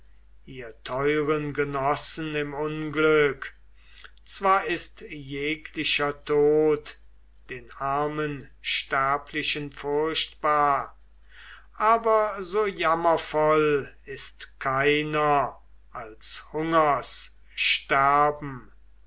ihr teuren genossen im unglück zwar ist jeglicher tod den armen sterblichen furchtbar aber so jammervoll ist keiner als hungers sterben